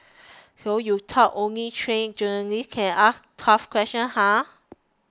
so you thought only trained journalists can ask tough questions huh